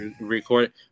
Record